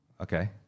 Okay